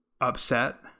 upset